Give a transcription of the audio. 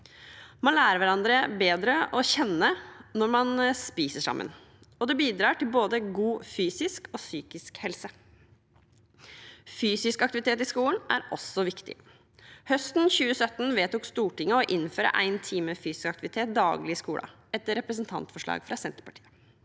Man lærer hverandre bedre å kjenne når man spiser sammen, og dette bidrar til både god fysisk og psykisk helse. Fysisk aktivitet i skolen er også viktig. Høsten 2017 vedtok Stortinget å innføre én time fysisk aktivitet daglig i skolen, etter et representantforslag fra Senterpartiet.